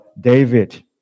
David